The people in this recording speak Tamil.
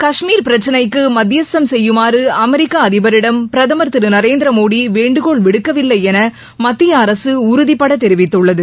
கஷ்மீர் பிரச்னைக்கு மத்தியஸ்தம் செய்யுமாறு அமெரிக்க அதிபரிடம் பிரதமர் திரு நரேந்திர மோடி வேண்டுகோள் விடுக்கவில்லை என மத்திய அரசு உறுதிபட தெரிவித்துள்ளது